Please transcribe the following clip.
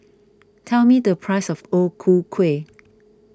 tell me the price of O Ku Kueh